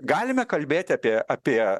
galime kalbėti apie apie